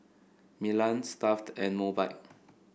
Milan Stuff'd and Mobike